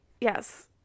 Yes